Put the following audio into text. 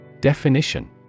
Definition